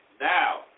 Now